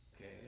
okay